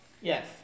Yes